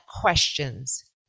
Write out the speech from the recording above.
questions